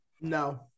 no